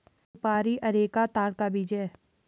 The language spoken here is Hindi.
सुपारी अरेका ताड़ का बीज है